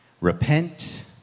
Repent